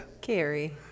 Carrie